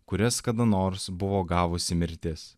kurias kada nors buvo gavusi mirtis